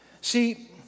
see